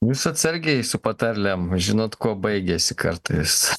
jūs atsargiai su patarlėm žinot kuo baigiasi kartais